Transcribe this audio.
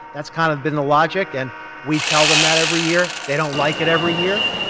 that's kind of been the logic. and we tell them that every year. they don't like it every year.